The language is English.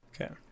okay